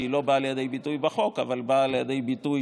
שלא באה לידי ביטוי בחוק אבל באה לידי ביטוי